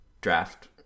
draft